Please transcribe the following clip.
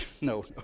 no